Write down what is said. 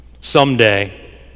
Someday